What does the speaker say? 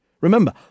Remember